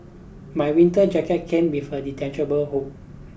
my winter jacket came with a detachable hood